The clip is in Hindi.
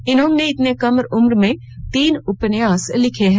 इन्होंने इतने कम उम्र में तीन उपन्यास लिख दिये हैं